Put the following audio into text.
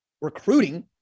recruiting